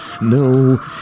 No